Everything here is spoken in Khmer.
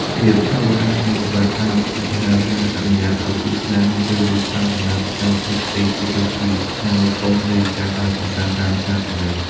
ភាពឆាប់រហ័សនៃសេវាកម្មអាហាររហ័ស អនុញ្ញាតឱ្យគូស្នេហ៍មានពេលវេលាច្រើនសម្រាប់សកម្មភាពផ្សេងទៀតដូចជា ការមើលកុន ឬការដើរកម្សាន្តតាមផ្សារទំនើប។